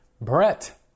Brett